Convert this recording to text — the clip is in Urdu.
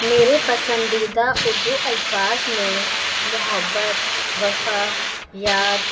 میرے پسندیدہ اردو الفاظ میں محبت وفا یاد